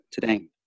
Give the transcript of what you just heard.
today